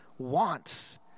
Wants